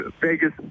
Vegas